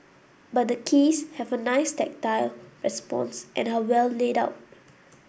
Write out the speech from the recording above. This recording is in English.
but the keys have a nice tactile response and are well laid out